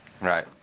Right